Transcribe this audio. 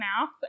mouth